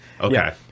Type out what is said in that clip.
Okay